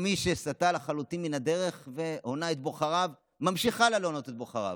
או מי שסטה לחלוטין מן הדרך והונה את בוחריו וממשיך להונות את בוחריו?